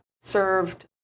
served